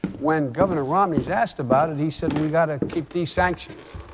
when governor romney's asked about it, he said, we got to keep these sanctions.